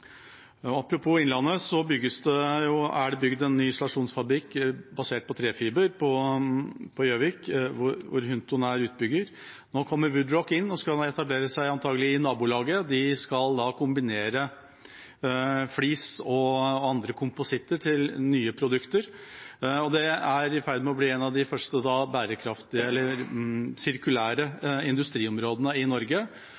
bygd en ny isolasjonsfabrikk basert på trefiber på Gjøvik, hvor Hunton er utbygger. Nå kommer Woodrock inn og skal antakelig etablere seg i nabolaget. De skal kombinere flis og andre kompositter til nye produkter. Det er i ferd med å bli en av de første bærekraftige,